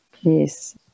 Yes